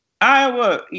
Iowa